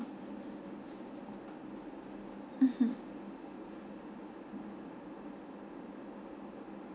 mmhmm